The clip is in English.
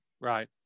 Right